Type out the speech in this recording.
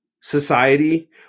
society